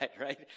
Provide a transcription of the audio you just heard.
right